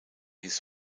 his